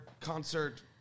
Concert